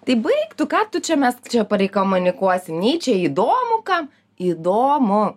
tai baik tu ką tu čia mes čia pareikomunikuosim nei čia įdomu kam įdomu